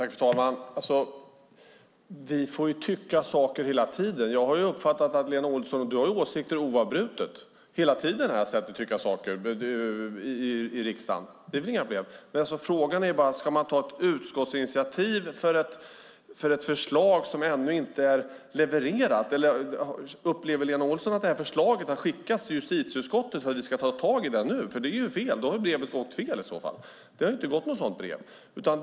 Fru talman! Vi får ju tycka saker hela tiden. Jag har uppfattat att Lena Olsson har åsikter oavbrutet. Jag har hela tiden hört henne tycka saker i riksdagen, så det är väl inga problem. Men frågan är bara om man ska ta ett utskottsinitiativ för ett förslag som ännu inte är levererat. Eller upplever Lena Olsson att förslaget har skickats till justitieutskottet för att vi ska ta tag i det nu? I så fall har brevet gått fel. Men det har ju inte kommit något sådant brev.